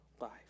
life